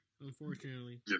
Unfortunately